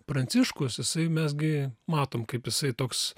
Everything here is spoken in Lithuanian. pranciškus jisai mes gi matom kaip jisai toks